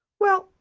well,